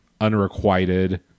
unrequited